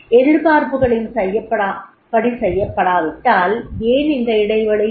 எதிர்பார்ப்புகளின்படி செய்யப்படாவிட்டால் ஏன் இந்த இடைவெளி